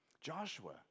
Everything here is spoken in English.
Joshua